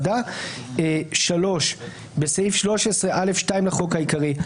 בסעיף 3(א)(2) לחוק העיקרי,